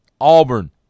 Auburn